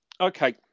Okay